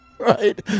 Right